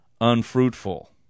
unfruitful